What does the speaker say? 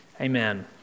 Amen